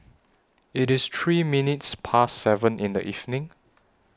IT IS three minutes Past seven in The evening